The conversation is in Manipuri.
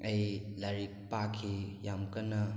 ꯑꯩ ꯂꯥꯏꯔꯤꯛ ꯄꯥꯈꯤ ꯌꯥꯝ ꯀꯟꯅ